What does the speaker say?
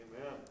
Amen